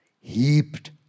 heaped